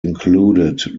included